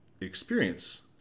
experience